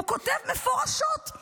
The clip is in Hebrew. הוא כותב מפורשות,